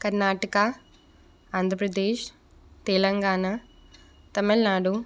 Karnataka Andhra Pradesh Telangana Tamil Nadu